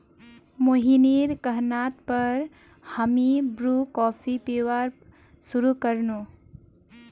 मोहिनीर कहना पर हामी ब्रू कॉफी पीबार शुरू कर नु